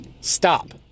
Stop